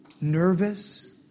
nervous